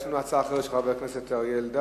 יש לנו הצעה אחרת, של חבר הכנסת אריה אלדד.